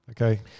okay